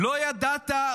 לא ידעת,